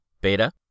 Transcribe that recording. beta